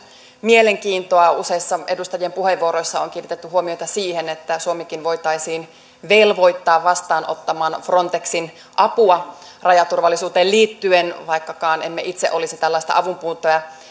mielenkiintoa useissa edustajien puheenvuoroissa on kiinnitetty huomiota siihen että suomikin voitaisiin velvoittaa vastaanottamaan frontexin apua rajaturvallisuuteen liittyen vaikkakaan emme itse olisi tällaista avunpyyntöä